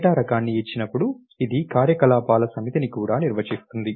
data రకాన్ని ఇచ్చినప్పుడు ఇది కార్యకలాపాల సమితిని కూడా నిర్వచిస్తుంది